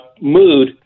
mood